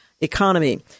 economy